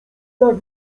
nagle